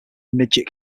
midget